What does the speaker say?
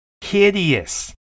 Hideous